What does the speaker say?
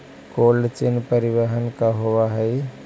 Cold chain परिवहन का होव हइ?